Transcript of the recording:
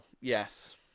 Yes